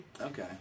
Okay